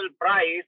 price